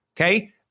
Okay